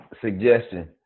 suggestion